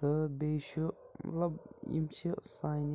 تہٕ بیٚیہِ چھُ مطلب یِم چھِ سانہِ